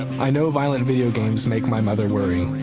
i know violent video games make my mother worry.